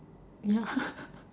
ya